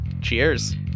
Cheers